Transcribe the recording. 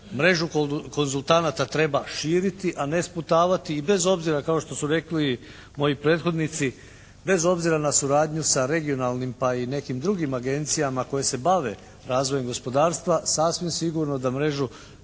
mrežu konzultanata treba širiti, a ne sputavati. I bez obzira kao što su rekli moji prethodnici, bez obzira na suradnju sa regionalnim pa i nekim drugim agencijama koje se bave razvojem gospodarstva sasvim sigurno da mrežu